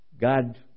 God